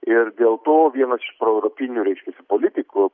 ir dėl to vienas iš proeuropinių reiškiasi politikų